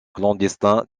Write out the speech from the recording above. clandestin